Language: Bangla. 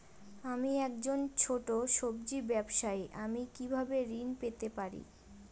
আমি একজন ছোট সব্জি ব্যবসায়ী আমি কিভাবে ঋণ পেতে পারি?